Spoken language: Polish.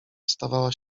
stawała